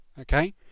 Okay